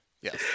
Yes